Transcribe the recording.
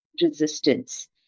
resistance